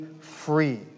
free